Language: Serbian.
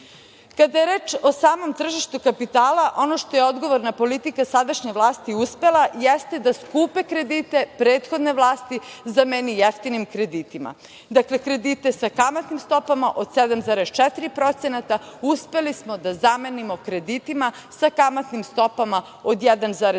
je reč o samom tržištu kapitala, ono što je odgovorna politika sadašnje vlasti uspela, jeste da skupe kredite prethodne vlasti zameni jeftinim kreditima. Dakle, kredite sa kamatnim stopama od 7,4% uspeli smo da zamenimo kreditima sa kamatnim stopama od 1,25%